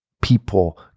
people